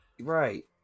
Right